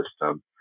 system